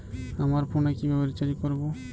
আমার ফোনে কিভাবে রিচার্জ করবো?